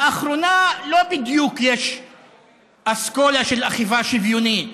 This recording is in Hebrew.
לאחרונה, לא בדיוק יש אסכולה של אכיפה שוויונית.